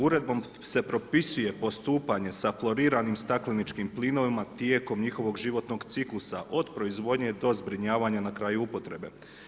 Uredbom se propisuje postupanje sa flouriranim stakleničkim plinovima tijekom njihovog životnog ciklusa, od proizvodnje do zbrinjavanja do kraja upotrebe.